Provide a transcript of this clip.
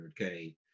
100K